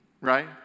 right